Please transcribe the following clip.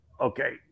Okay